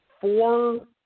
four